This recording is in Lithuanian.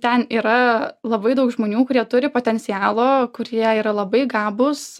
ten yra labai daug žmonių kurie turi potencialo kurie yra labai gabūs